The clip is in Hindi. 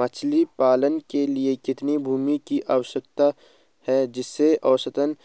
मछली पालन के लिए कितनी भूमि की आवश्यकता है जिससे औसतन